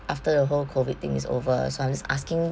after the whole COVID thing is over so I'm just asking